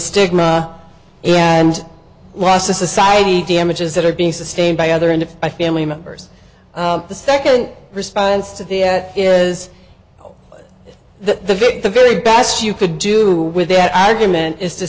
stigma and loss to society damages that are being sustained by other and of my family members the second response to the is that the the very best you could do with that argument is to